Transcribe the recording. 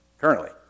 currently